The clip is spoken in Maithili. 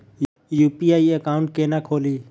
यु.पी.आई एकाउंट केना खोलि?